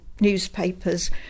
newspapers